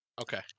Okay